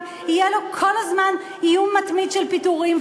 יהיה עליו כל הזמן איום מתמיד של פיטורים,